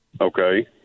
Okay